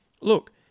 look